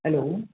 hello